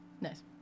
Nice